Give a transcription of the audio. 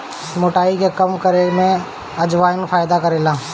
मोटाई के कम करे में भी अजवाईन फायदा करेला